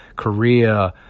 korea.